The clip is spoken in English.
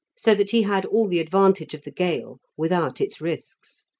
so that he had all the advantage of the gale without its risks.